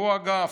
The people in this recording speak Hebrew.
והוא, אגב,